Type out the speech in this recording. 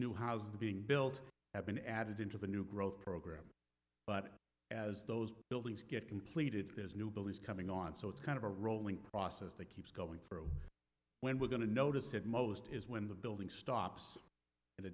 new houses being built have been added into the new growth program but as those buildings get completed there's new buildings coming on so it's kind of a rolling process that keeps going through when we're going to notice it most is when the building stops